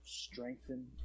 Strengthen